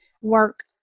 work